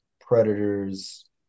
predators